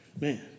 Man